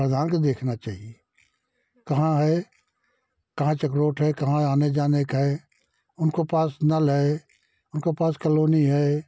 प्रधान को देखना चाहिए कहाँ है कहाँ तक रोड है कहाँ आने जाने का है उनको पास नल है उनको पास कलोनी है